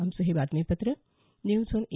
आमचं हे बातमीपत्र न्यूज आॅन ए